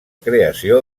creació